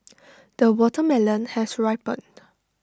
the watermelon has ripened